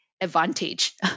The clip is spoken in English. advantage